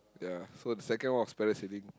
ya so the second one was parasailing